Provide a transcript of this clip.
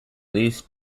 least